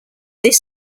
this